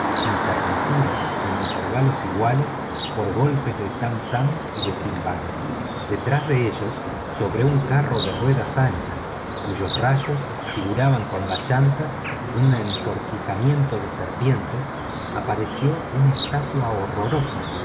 interrumpida a intervalos iguales por golpes de tamtam y de timbales detrás de ellos sobre un carro de ruedas anchas cuyos radios figuraban con las llantas un ensortijamiento de serpientes apareció una estatua horrorosa